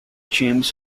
james